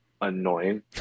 annoying